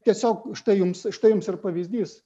tiesiog štai jums štai jums ir pavyzdys